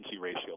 ratio